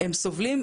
הם סובלים,